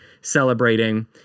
celebrating